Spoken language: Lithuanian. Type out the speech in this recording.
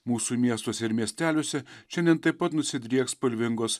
mūsų miestuose ir miesteliuose šiandien taip pat nusidrieks spalvingos